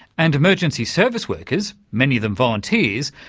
and emergency service workers, many of them volunteers,